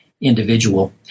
individual